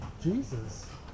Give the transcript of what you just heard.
Jesus